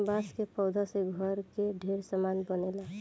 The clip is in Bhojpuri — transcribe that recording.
बांस के पौधा से घर के ढेरे सामान बनेला